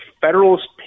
federalist